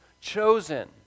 chosen